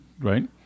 right